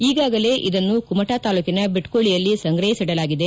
ಈಗಾಗಲೆ ಇದನ್ನು ಕುಮಟಾ ತಾಲೂಕಿನ ದೆಟ್ಟುಳಿಯಲ್ಲಿ ಸಂಗ್ರಹಿಸಿಡಲಾಗಿದೆ